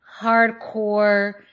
hardcore